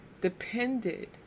depended